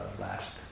last